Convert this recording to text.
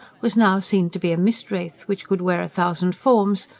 was now seen to be a mist-wraith, which could wear a thousand forms,